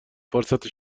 فرصت